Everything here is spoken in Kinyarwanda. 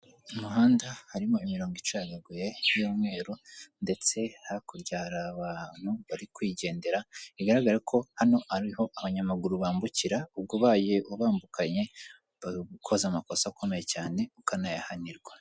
Mu muhanda harimo imirongo icagaguye y'umweru ndetse hakurya hari abantu bari kwigendera, bigaragare ko hano ari ho abanyamaguru bambukira, ubwo ubaye ubambukanye uba ukoze amakosa akomeye cyane ukanayahanirwa.